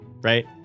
Right